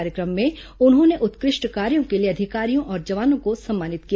कार्यक्रम में उन्होंने उत्कृष्ट कार्यो के लिए अधिकारियों और जवानों को सम्मानित किया